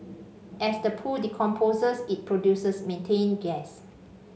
as the poo decomposes it produces methane gas